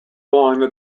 alongside